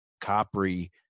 Capri